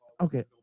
Okay